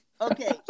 okay